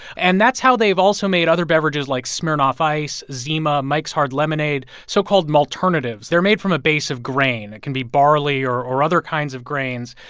and that's how they've also made other beverages like smirnoff ice, zima, mike's hard lemonade so-called malternatives. they're made from a base of grain. it can be barley or or other kinds of grains.